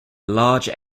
large